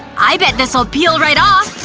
i bet this'll peel right off!